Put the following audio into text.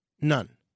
None